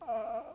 err